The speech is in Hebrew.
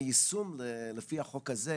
והיישום לפי החוק הזה?